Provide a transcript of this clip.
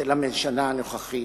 של הממשלה הנוכחית,